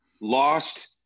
lost